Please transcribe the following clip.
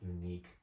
unique